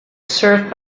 served